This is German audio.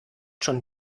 schon